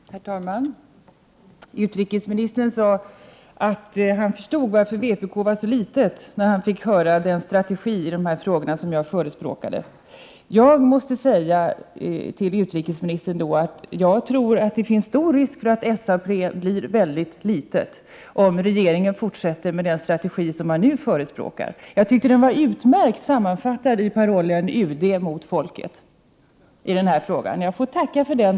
Herr talman! Utrikesministern sade att han förstod varför vpk är så litet när han fick höra om den strategi i dessa frågor som jag förespråkade. Då vill jag säga till utrikesministern att jag tror att risken är stor för att SAP blir mycket litet, om regeringen fortsätter med den strategi som man nu förespråkar. Jag tyckte att den var utmärkt sammanfattad i parollen ”UD mot folket”. Jag får tacka för denna paroll.